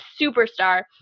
superstar